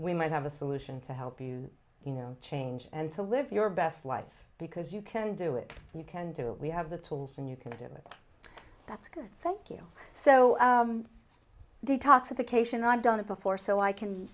we might have a solution to help you you know change and to live your best life because you can do it you can do we have the tools and you can admit that's good thank you so detoxification i've done it before so i can